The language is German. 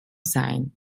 sein